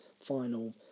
final